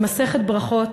במסכת ברכות,